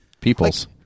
Peoples